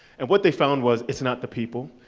and what they found was, it's not the people,